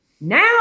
Now